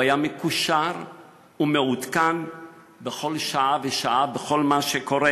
הוא היה מקושר ומעודכן בכל שעה ושעה בכל מה שקורה,